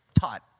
taught